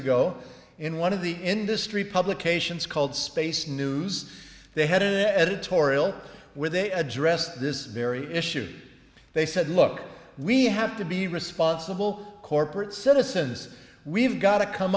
ago in one of the industry publications called space news they had an editorial where they addressed this very issue they said look we have to be responsible corporate citizens we've got to come